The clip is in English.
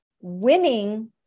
winning